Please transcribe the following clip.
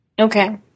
Okay